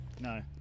No